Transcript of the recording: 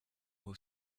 will